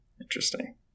Interesting